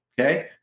Okay